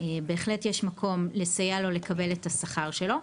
בהחלט יש מקום לסייע לו לקבל את השכר שלו,